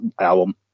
album